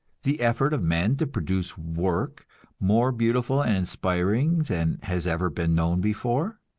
the effort of men to produce work more beautiful and inspiring than has ever been known before?